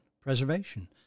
preservation